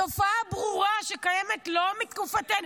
תופעה ברורה שקיימת לא מתקופתנו,